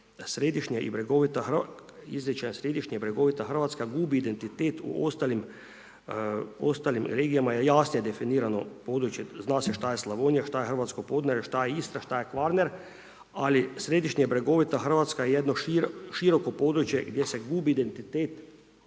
jer se središnja i brjegovita Hrvatska gubi identitet u ostalim regijama i jasno je definirano područje, zna se šta je Slavonija, šta je hrvatsko Podunavlje, šta je Istra, šta je Kvarner, ali središnja brjegovita Hrvatska je jedno široko područje gdje se gubi identitet